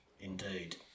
Indeed